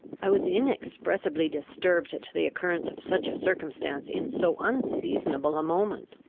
i was inexpressibly disturbed at the occurrence of such a circumstance in so unseasonable a moment.